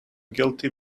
guilty